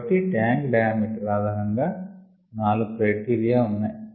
కాబట్టి tank diameter ఆధారంగా 4 criteria ఉన్నాయి